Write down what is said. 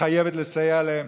חייבים לסייע להם,